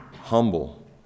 humble